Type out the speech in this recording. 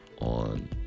on